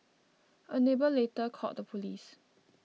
a neighbour later called the police